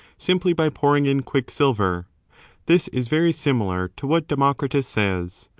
simply by pouring in quicksilver this is very similar to what democritus says.